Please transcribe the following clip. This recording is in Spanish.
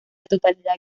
totalidad